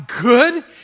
good